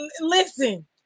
listen